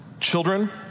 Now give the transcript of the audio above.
Children